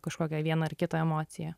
kažkokią vieną ar kitą emociją